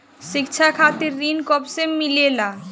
शिक्षा खातिर ऋण कब से मिलेला?